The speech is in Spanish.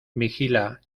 vigila